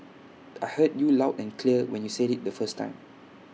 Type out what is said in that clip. I heard you loud and clear when you said IT the first time